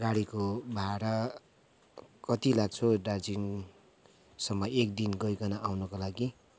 गाडीको भाडा कति लाग्छ हो दार्जिलिङसम्म एकदिन गइकन आउनुको लागि